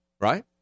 right